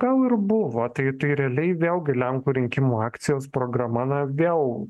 gal ir buvo tai tai realiai vėlgi lenkų rinkimų akcijos programa na vėl